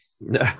No